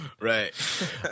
right